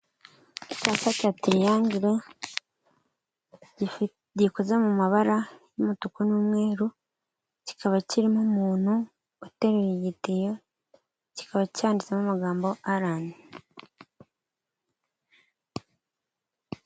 Icyapa cya tiriyangere, gikoze mu mabara y'umutuku n'umweru, kikaba kirimo umuntu uteruye igitiyo, kikaba cyanditsemo amagambo arani.